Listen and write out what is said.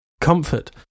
Comfort